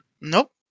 Nope